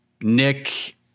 Nick